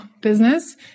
business